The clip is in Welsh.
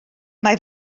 mae